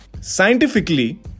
Scientifically